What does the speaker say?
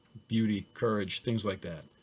beauty, courage, things like that.